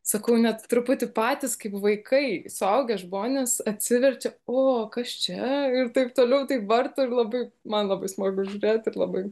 sakau net truputį patys kaip vaikai suaugę žmonės atsiverčia o kas čia ir taip toliau taip varto ir labai man labai smagu žiūrėt ir labai